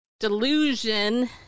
delusion